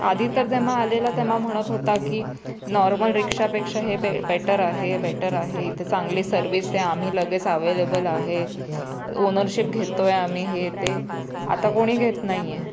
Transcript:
आधी तर तेव्हा आलेला तेव्हा म्हणत होता की नॉर्मल रिक्षापेक्षा हे बे बेटर आहे बेटर आहे इथे चांगली सर्विस आहे आम्ही लगेच अवेलेबल आहे ओनरशिप घेतो आहे आम्ही हे ते आता कोणी घेत नाही आहे